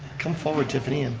come forward, tiffany.